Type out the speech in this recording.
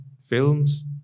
films